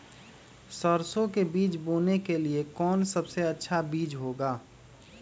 सरसो के बीज बोने के लिए कौन सबसे अच्छा बीज होगा?